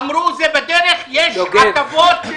אמרו: זה בדרך, יש הטבות.